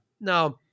Now